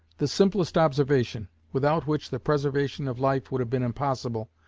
the simplest observation, without which the preservation of life would have been impossible,